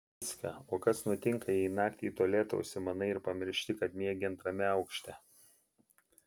vycka o kas nutinka jei naktį į tualetą užsimanai ir pamiršti kad miegi antrame aukšte